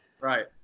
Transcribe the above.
Right